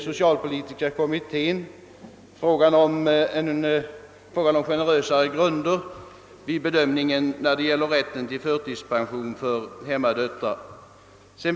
Socialpolitiska kommittén har också diskuterat frågan om generösare grunder för bedömningen av rätten till förtidspension för hemmadöttrar. Jag.